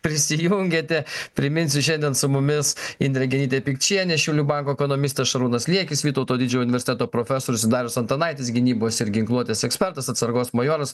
prisijungėte priminsiu šiandien su mumis indrė genytė pikčienė šiaulių banko ekonomistė šarūnas liekis vytauto didžiojo universiteto profesorius darius antanaitis gynybos ir ginkluotės ekspertas atsargos majoras